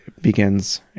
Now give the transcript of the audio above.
begins